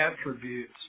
attributes